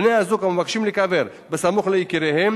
בני-זוג המבקשים להיקבר סמוך ליקיריהם